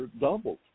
doubled